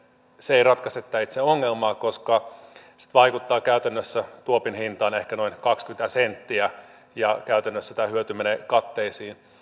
se ei ratkaise tätä itse ongelmaa koska se vaikuttaa käytännössä tuopin hintaan ehkä noin kaksikymmentä senttiä ja käytännössä tämä hyöty menee katteisiin